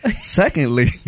Secondly